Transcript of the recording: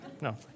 No